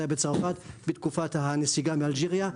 זה היה בצרפת בתקופת הנסיגה מאלג'יריה,